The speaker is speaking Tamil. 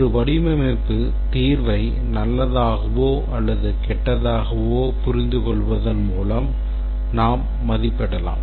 ஒரு வடிவமைப்பு தீர்வை நல்லதாகவோ அல்லது கெட்டதாகவோ புரிந்து கொள்வதன் மூலம் நாம் மதிப்பிடலாம்